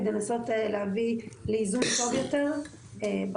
כדי לנסות להביא לאיזון טוב יותר בחוק.